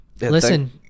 listen